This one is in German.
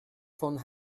von